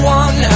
one